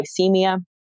hypoglycemia